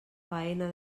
faena